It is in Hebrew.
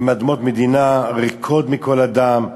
הן אדמות מדינה ריקות מכל אדם.